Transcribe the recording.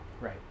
Right